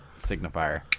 signifier